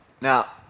Now